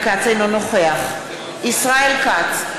נוכח ישראל כץ,